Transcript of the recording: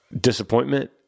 disappointment